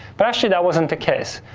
but actually, that wasn't the case.